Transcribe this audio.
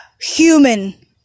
human